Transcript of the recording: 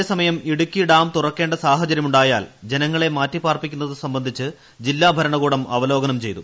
അതേസമയം ഇടുക്കി ഡാം തുറക്കേണ്ട സാഹചര്യമുണ്ടായാൽ ജനങ്ങളെ മാറ്റിപ്പാർപ്പിക്കുന്നതു സംബന്ധിച്ച് ജില്ല ഭരണകൂടം അവലോകനം ചെയ്തു